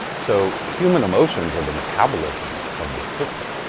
so human emotions are the metabolism of this system.